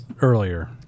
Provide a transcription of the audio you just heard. earlier